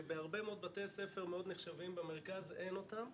שבהרבה מאוד בתי ספר מאוד נחשבים במרכז, אין אותם,